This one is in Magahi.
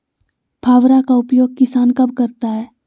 फावड़ा का उपयोग किसान कब करता है?